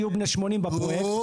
שיהיו בני 80 בפרויקט.